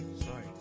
sorry